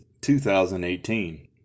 2018